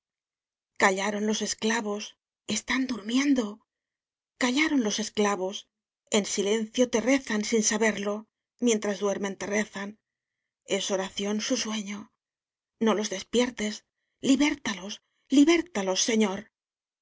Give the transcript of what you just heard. callaron los esclavos están durmiendo callaron los esclavos en silencio te rezan sin saberlo mientras duermen te rezan es oración su sueño no los despiertes liberta los liberta los señor